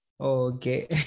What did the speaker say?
okay